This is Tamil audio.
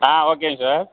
ஆ ஓகேங்க சார்